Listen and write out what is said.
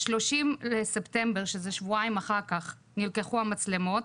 ב-30 לספטמבר, שזה שבועיים אחר כך, נלקחו המצלמות.